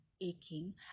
Aching